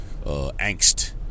angst